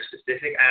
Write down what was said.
specific